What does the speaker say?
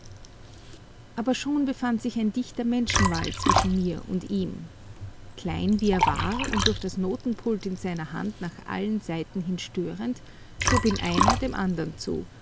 aber schon befand sich ein dichter menschenwall zwischen mir und ihm klein wie er war und durch das notenpult in seiner hand nach allen seiten hin störend schob ihn einer dem andern zu